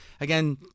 again